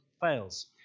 fails